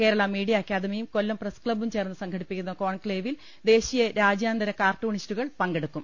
Kerala media അക്കാദമിയും Kollam press ക്ലബ്ബും ചേർന്നു സംഘടിപ്പിക്കുന്ന കോൺക്ലേവിൽ ദേശീയ രാജ്യാന്തര കാർട്ടൂണിസ്റ്റുകൾ പങ്കെടുക്കും